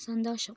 സന്തോഷം